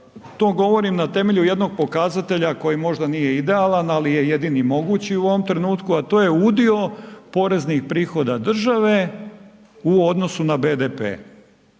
to govorim na temelju jednog pokazatelja koji možda nije idealan, ali je jedini mogući u ovom trenutku, a to je udio poreznih prihoda države u odnosu na BDP.